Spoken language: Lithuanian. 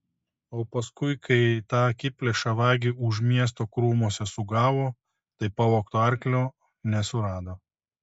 o paskui kai tą akiplėšą vagį už miesto krūmuose sugavo tai pavogto arklio nesurado